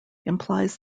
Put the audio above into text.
implies